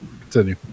Continue